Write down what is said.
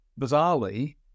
bizarrely